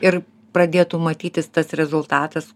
ir pradėtų matytis tas rezultatas